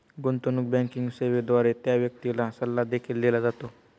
गुंतवणूक बँकिंग सेवेद्वारे त्या व्यक्तीला सल्ला देखील दिला जातो